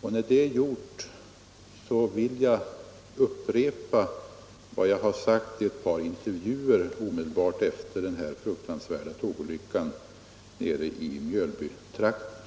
och när det är gjort vill jag upprepa vad jag har sagt i ett par intervjuer omedelbart efter den här fruktansvärda tågolyckan nere i Mjölbytrakten.